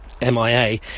MIA